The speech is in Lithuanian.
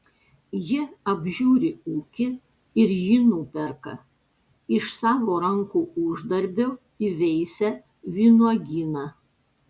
ji apžiūri ūkį ir jį nuperka iš savo rankų uždarbio įveisia vynuogyną